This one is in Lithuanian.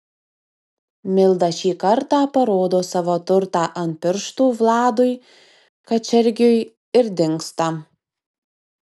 milda šį kartą parodo savo turtą ant pirštų vladui kačergiui ir dingsta